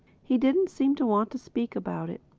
he didn't seem to want to speak about it.